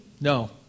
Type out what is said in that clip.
No